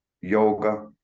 yoga